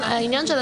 בעצם מוטל